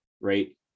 right